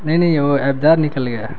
نہیں نہیں وہ ایبدار نکل گیا ہے